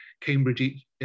cambridge